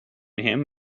him